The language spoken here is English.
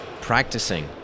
practicing